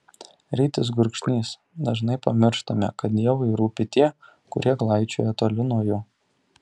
rytis gurkšnys dažnai pamirštame kad dievui rūpi tie kurie klaidžioja toli nuo jo